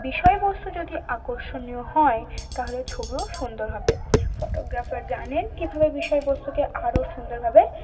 বিষয়বস্তু যদি আকর্ষণীয় হয় তাহলে ছবিও সুন্দর হবে ফটোগ্রাফার জানেন কীভাবে বিষয়বস্তুকে আরও সুন্দরভাবে